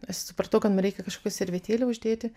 aš supratau kad man reikia kažkokią servetėlę uždėti